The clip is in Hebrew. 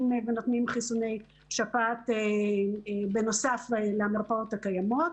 ונותנים חיסוני שפעת בנוסף למרפאות הקיימות.